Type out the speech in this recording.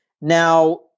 Now